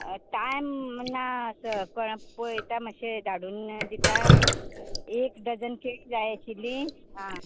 अ time ना सक पळता मातशें धाडून दिता एक डजन केळीं जाय आशिल्लीं आं